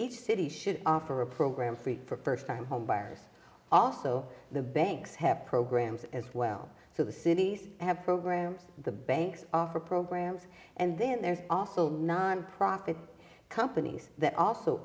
each city should offer a program free for first time homebuyers also the banks have programs as well so the cities have programs the banks offer programs and then there's also nonprofit companies that also